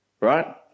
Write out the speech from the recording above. Right